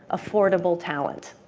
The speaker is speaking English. affordable talent.